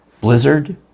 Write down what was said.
Blizzard